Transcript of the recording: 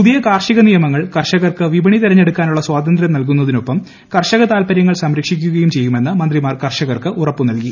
പുതിയ കാർഷിക നിയമങ്ങൾ കർഷകർക്ക് വിപണി തിരഞ്ഞെടുക്കാനുള്ള സ്വാതന്ത്യം നൽകുന്നതിനൊപ്പം കർഷക താൽപ്പര്യങ്ങൾ സംരക്ഷിക്കുകയും ചെയ്യുമെന്ന് മന്ത്രിമാർ കർഷകർക്ക് ഉറപ്പ് നൽകി